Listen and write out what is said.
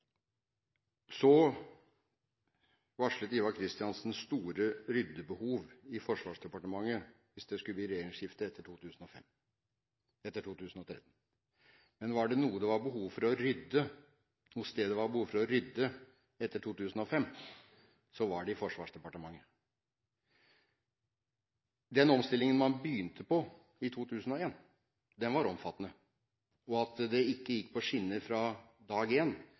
så har jeg større tillit til forsvarssjefen når det gjelder vurdering av hva som bedrer Forsvarets operative evne, enn til Ombudsmannen. Ivar Kristiansen varslet store ryddebehov i Forsvarsdepartementet hvis det skulle bli regjeringsskifte etter 2013, men var det noe sted det var behov for å rydde etter 2005, så var det i Forsvarsdepartementet. Den omstillingen man begynte på i 2001, var omfattende, og at ikke det gikk på skinner fra dag